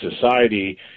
society